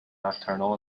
nocturnal